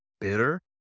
bitter